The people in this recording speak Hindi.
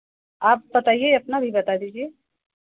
आप बताइए अपना भी बता दीजिए